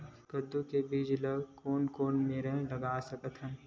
कददू के बीज ला कोन कोन मेर लगय सकथन?